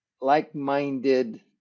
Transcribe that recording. like-minded